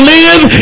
live